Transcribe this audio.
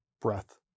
breath